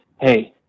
Hey